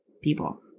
people